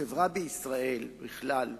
החברה בישראל בכלל,